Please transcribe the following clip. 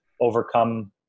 overcome